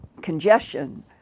congestion